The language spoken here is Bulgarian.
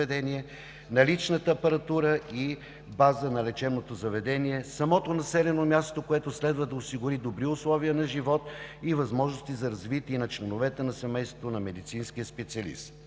наличната апаратура и базата на лечебното заведение; самото населено място, което следва да осигури добри условия на живот и възможности за развитие на членовете на семейството на медицинския специалист.